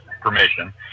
permission